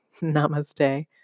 Namaste